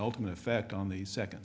ultimate effect on the second